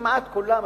כמעט כולם,